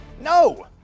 no